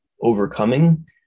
overcoming